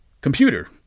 Computer